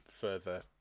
further